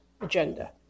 agenda